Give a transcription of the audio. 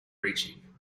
reaching